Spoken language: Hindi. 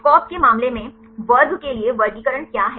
एससीओपी के मामले में वर्ग के लिए वर्गीकरण क्या है